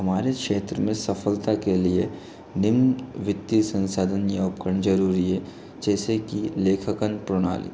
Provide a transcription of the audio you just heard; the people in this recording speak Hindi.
हमारे क्षेत्र में सफलता के लिए निम्न वित्तीय संसाधन या उपकरण जरूरी है जैसे कि लेखकन प्रणाली